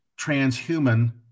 transhuman